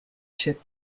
ship